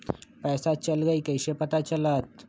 पैसा चल गयी कैसे पता चलत?